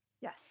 Yes